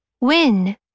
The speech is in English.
Win